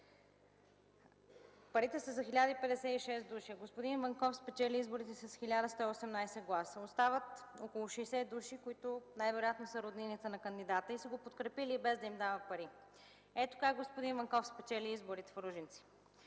Вие сам отговорихте, а господин Ванков спечели изборите с 1118 гласа. Остават около 60 души, които най-вероятно са роднините на кандидата и са го подкрепили, без да им дава пари. Ето как господин Ванков спечели изборите в Ружинци